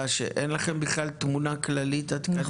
שאין לכם בכלל תמונה כללית עדכנית?